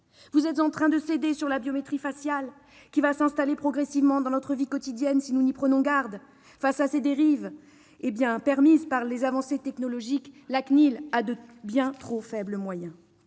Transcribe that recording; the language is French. Vous êtes en train de céder sur la biométrie faciale, qui va s'installer progressivement, si nous n'y prenons garde, dans notre vie quotidienne. Face à ces dérives permises par les avancées technologiques, la CNIL a de bien trop faibles moyens.